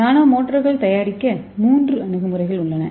நானோ மோட்டார்கள் தயாரிக்க மூன்று அணுகுமுறைகள் உள்ளன